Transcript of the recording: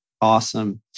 awesome